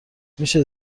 میشه